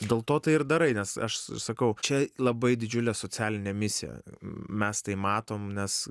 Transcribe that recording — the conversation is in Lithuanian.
dėl to tai ir darai nes aš sakau čia labai didžiulė socialinė misija mes tai matom nes